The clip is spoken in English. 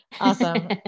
Awesome